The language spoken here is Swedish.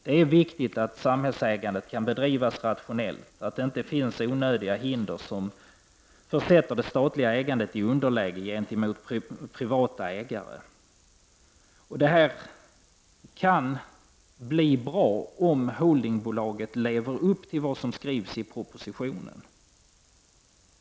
Det är viktigt att samhällets ägande kan bedrivas rationellt och att det inte finns onödiga hinder som försätter det statliga ägandet i underläge gentemot privata ägare. Det här kan bli bra om holdingbolaget lever upp till vad som skrivs i propositionen.